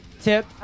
Tip